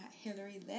Hillary